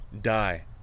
die